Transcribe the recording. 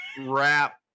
wrap